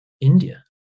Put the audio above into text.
India